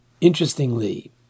interestingly